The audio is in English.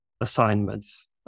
assignments